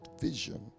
vision